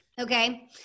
Okay